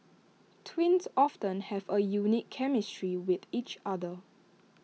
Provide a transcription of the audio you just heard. twins often have A unique chemistry with each other